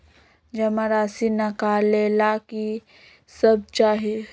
जमा राशि नकालेला कि सब चाहि?